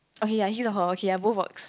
okay ya his or her ya both works